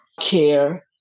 care